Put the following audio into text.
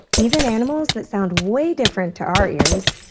even animals that sound way different to our ears,